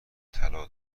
طلا